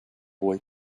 boy